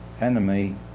enemy